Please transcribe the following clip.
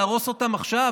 להרוס אותם עכשיו?